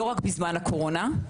לא רק בזמן הקורונה.